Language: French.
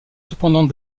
cependant